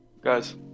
Guys